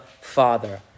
Father